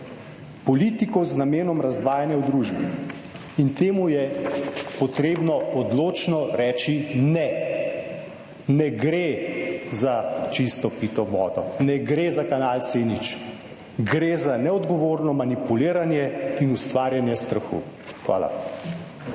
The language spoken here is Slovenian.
politiko z namenom razdvajanja v družbi in temu je potrebno odločno reči ne. Ne gre za čisto pitno vodo, ne gre za Kanal C0, gre za neodgovorno manipuliranje in ustvarjanje strahu. Hvala.